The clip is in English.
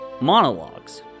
monologues